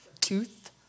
tooth